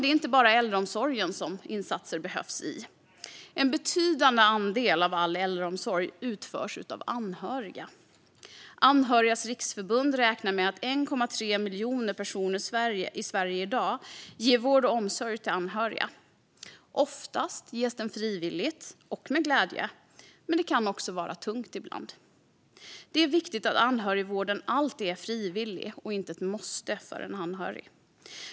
Det är inte bara i äldreomsorgen som insatser behövs. En betydande andel av all äldreomsorg utförs av anhöriga. Anhörigas Riksförbund räknar med att 1,3 miljoner personer i Sverige i dag ger vård och omsorg till anhöriga. Ofta ges den frivilligt och med glädje, men det kan också vara tungt ibland. Det är viktigt att anhörigvården alltid är frivillig och inte ett måste för en anhörig.